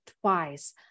twice